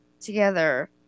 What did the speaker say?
together